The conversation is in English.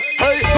hey